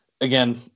Again